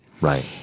Right